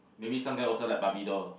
maybe some guy also like barbie doll